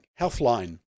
Healthline